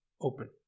open